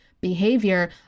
behavior